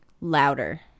louder